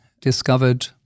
discovered